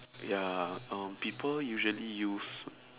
ya uh people usually use